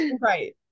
right